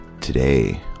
Today